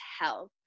health